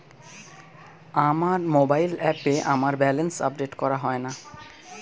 আমার মোবাইল অ্যাপে আমার ব্যালেন্স আপডেট করা হয় না